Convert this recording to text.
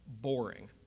boring